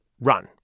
run